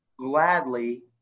gladly